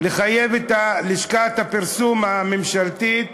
לחייב את לשכת הפרסום הממשלתית